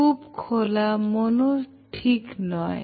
খুব খোলামন ও ঠিক নয়